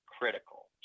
critical